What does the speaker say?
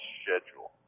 schedule